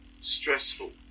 stressful